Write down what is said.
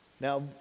Now